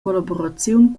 collaboraziun